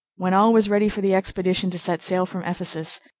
when all was ready for the expedition to set sail from ephesus,